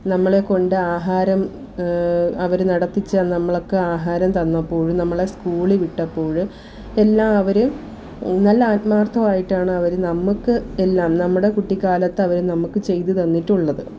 നമ്മളെകൊണ്ട് ആഹാരം അവർ നടത്തിച്ച നമ്മളോക്കെ ആഹാരം തന്നപ്പോഴും നമ്മളെ സ്കൂളിൽ വിട്ടപ്പോഴും എല്ലാം അവർ നല്ല ആത്മാർഥമായിട്ടാണവർ നമുക്ക് എല്ലാം നമ്മുടെ കുട്ടിക്കാലത്തവർ നമുക്ക് ചെയ്ത് തന്നിട്ടുള്ളത്